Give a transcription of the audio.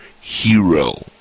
hero